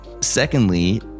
Secondly